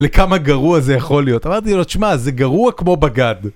לכמה גרוע זה יכול להיות, אמרתי לו, תשמע, זה גרוע כמו בגד.